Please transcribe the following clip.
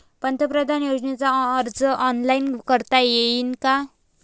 पंतप्रधान योजनेचा अर्ज ऑनलाईन करता येईन का?